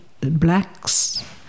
blacks